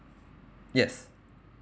yes